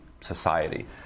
society